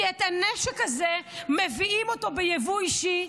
כי את הנשק הזה מביאים ביבוא אישי,